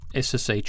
SSH